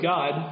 God